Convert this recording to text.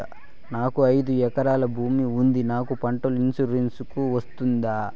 నాకు ఐదు ఎకరాల భూమి ఉంది నాకు పంటల ఇన్సూరెన్సుకు వస్తుందా?